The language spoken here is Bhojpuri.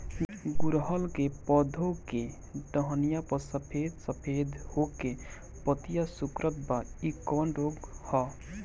गुड़हल के पधौ के टहनियाँ पर सफेद सफेद हो के पतईया सुकुड़त बा इ कवन रोग ह?